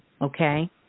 Okay